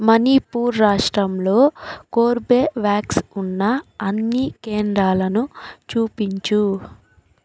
మణిపూర్ రాష్ట్రంలో కోర్బేవ్యాక్స్ ఉన్న అన్ని కేంద్రాలను చూపించు